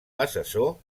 assessor